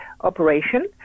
operation